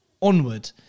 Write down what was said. onward